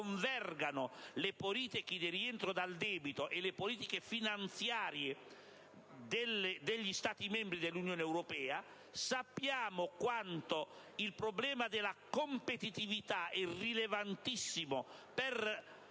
le politiche di rientro dal debito e le politiche finanziarie degli Stati membri dell'Unione europea e sappiamo quanto il problema della competitività sia rilevante per